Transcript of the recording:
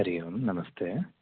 हरि ओम् नमस्ते